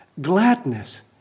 Gladness